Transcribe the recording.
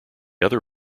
other